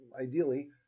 ideally